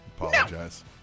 Apologize